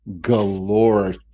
galore